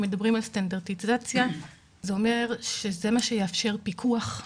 מדברים על סטנדרטיזציה וזה אומר שזה מה שיאפשר פיקוח,